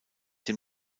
dem